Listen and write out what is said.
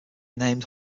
named